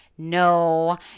no